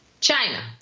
China